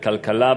בכלכלה,